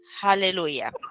Hallelujah